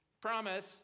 promise